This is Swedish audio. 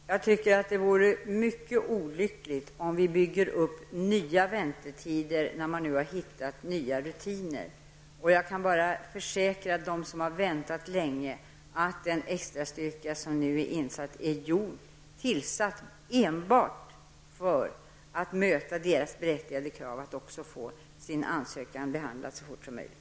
Herr talman! Jag tycker att det vore mycket olyckligt om vi byggde upp nya balanser när man nu har hittat nya rutiner. Jag kan bara försäkra dem som har väntat länge att den extra styrka som nu har satts in är tillsatt enbart för att möta deras berättigade krav att få sin ansökan behandlad så fort som möjligt.